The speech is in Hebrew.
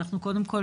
אנחנו קודם כל,